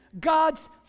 God's